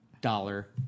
dollar